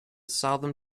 southern